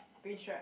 green stripe